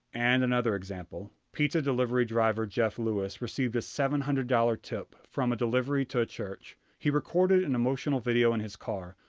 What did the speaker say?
and another example, pizza delivery driver jeff louis received a seven hundred dollars tip from a delivery to a church. he recorded an emotional video in his car,